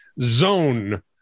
Zone